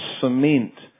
cement